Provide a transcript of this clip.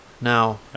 now